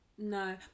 No